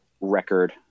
record